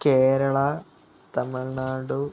Kerala Tamil Nadu